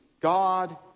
God